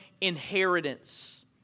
inheritance